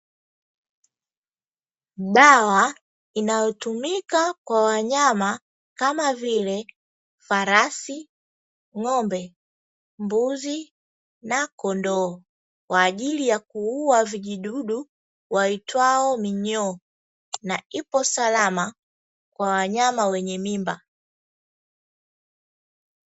Dawa inayotumika kwa wanyama kama vile farasi, ng'ombe, mbuzi na kondoo kwa ajili ya kuua vijidudu waitwao minyoo na ipo salama kwa wanyama wenye mimba.